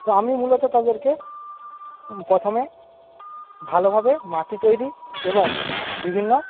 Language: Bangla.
তো আমি মূলত তাদেরকে প্রথমে ভালোভাবে মাটি তৈরি এবং বিভিন্ন